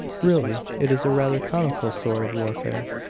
really, it is a rather comical sort of warfare.